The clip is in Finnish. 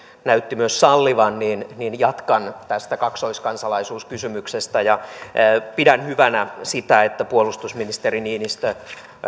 näytti myös sallivan niin niin jatkan tästä kaksoiskansalaisuuskysymyksestä pidän hyvänä sitä että puolustusministeri niinistö